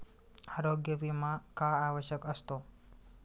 आरोग्य विमा का आवश्यक असतो?